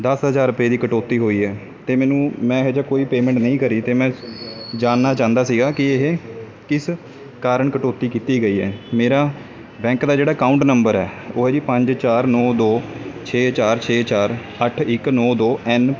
ਦਸ ਹਜ਼ਾਰ ਰੁਪਏ ਦੀ ਕਟੌਤੀ ਹੋਈ ਹੈ ਅਤੇ ਮੈਨੂੰ ਮੈਂ ਇਹੋ ਜਿਹਾ ਕੋਈ ਪੇਮੈਂਟ ਨਹੀਂ ਕਰੀ ਅਤੇ ਮੈਂ ਜਾਣਨਾ ਚਾਹੁੰਦਾ ਸੀਗਾ ਕਿ ਇਹ ਕਿਸ ਕਾਰਨ ਕਟੌਤੀ ਕੀਤੀ ਗਈ ਹੈ ਮੇਰਾ ਬੈਂਕ ਦਾ ਜਿਹੜਾ ਅਕਾਊਂਟ ਨੰਬਰ ਹੈ ਉਹ ਹੈ ਜੀ ਪੰਜ ਚਾਰ ਨੌ ਦੋ ਛੇ ਚਾਰ ਛੇ ਚਾਰ ਅੱਠ ਇੱਕ ਨੌ ਦੋ ਐਨ